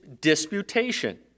disputation